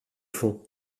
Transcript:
font